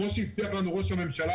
כמו שהבטיח לנו ראש הממשלה,